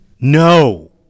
No